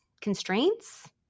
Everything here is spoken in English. constraints